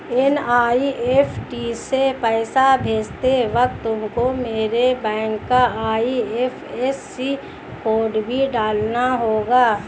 NEFT से पैसा भेजते वक्त तुमको मेरे बैंक का आई.एफ.एस.सी कोड भी डालना होगा